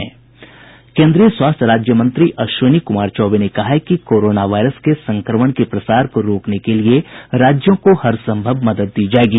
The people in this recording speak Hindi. केंद्रीय स्वास्थ्य राज्य मंत्री अश्विनी कुमार चौबे ने कहा है कि कोरोना वायरस के संक्रमण के प्रसार को रोकने के लिये राज्यों को हरसंभव मदद दी जायेगी